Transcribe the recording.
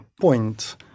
point